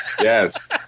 Yes